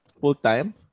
full-time